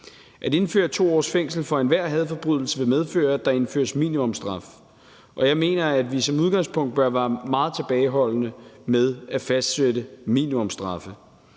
At indføre 2 års fængsel for enhver hadforbrydelse vil medføre, at der indføres minimumsstraf, og jeg mener, at vi som udgangspunkt bør være meget tilbageholdende med at fastsætte minimumsstraffe.